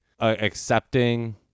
accepting